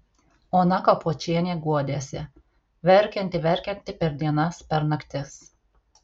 ona kapočienė guodėsi verkianti verkianti per dienas per naktis